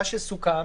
מה שסוכם,